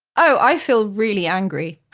i feel really angry.